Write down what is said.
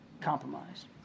compromised